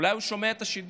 אולי הוא שומע את השידור.